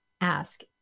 ask